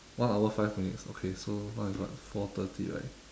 one hour five minutes okay so now is what four thirty right